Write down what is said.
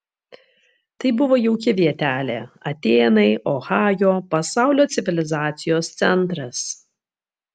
tai buvo jauki vietelė atėnai ohajo pasaulio civilizacijos centras